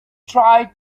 tried